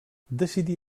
decidí